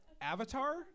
Avatar